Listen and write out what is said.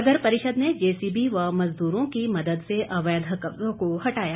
नगर परिषद ने जेसीबी व मजदूरों की मदद से अवैध कब्जों को हटाया